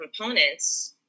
components